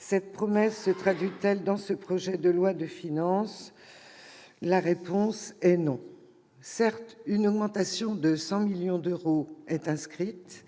Cette promesse se traduit-elle dans ce projet de loi de finances ? La réponse est non. Si une augmentation de 100 millions d'euros est bien inscrite,